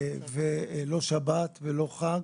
לא היה שבת ולא חג,